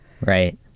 Right